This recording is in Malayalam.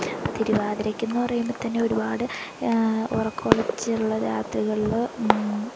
ഇപ്പോള് തിരുവാതിരയ്ക്കെന്ന് പറയുമ്പോള് തന്നെ ഒരുപാട് ഉറക്കമിളച്ചുള്ള രാത്രികളില്